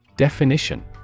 Definition